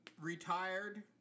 retired